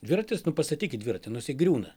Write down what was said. dviratis pastatykit dviratį nu jisai griūna